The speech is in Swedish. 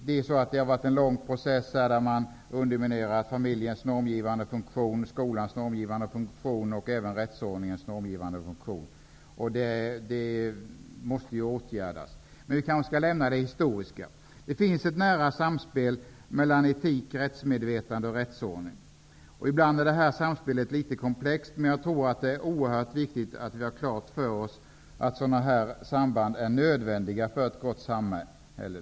Det har varit en lång process, där man har underminerat familjens normgivande funktion, skolans normgivande funktion och även rättsordningens normgivande funktion. Det måste åtgärdas. Men vi kanske skall lämna det historiska. Det finns ett nära samspel mellan etik, rättsmedvetande och rättsordning. Ibland är det här samspelet litet komplext, men jag tror att det är oerhört viktigt att vi har klart för oss att sådana samband är nödvändiga för ett gott samhälle.